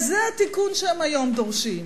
וזה התיקון שהם היום דורשים.